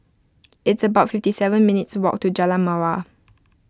it's about fifty seven minutes' walk to Jalan Mawar